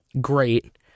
great